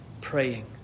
praying